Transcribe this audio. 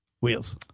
Wheels